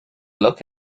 look